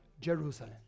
Jerusalem